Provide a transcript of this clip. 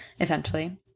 essentially